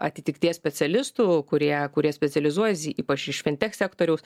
atitikties specialistų kurie kurie specializuojasi ypač iš vintek sektoriaus